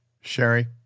Sherry